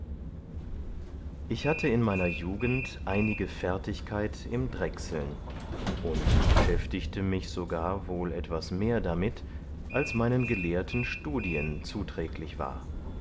ich hatte in meiner jugend einige fertigkeit im drechseln und beschäftigte mich sogar wohl etwas mehr damit als meinen gelehrten studien zuträglich war